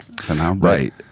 Right